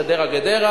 חדרה גדרה,